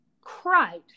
cried